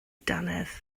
dannedd